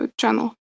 channel